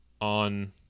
on